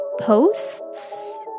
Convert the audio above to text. Posts